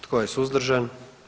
Tko je suzdržan?